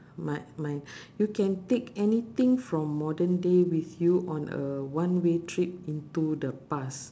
mi~ mine you can take anything from modern day with you on a one way trip into the past